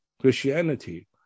Christianity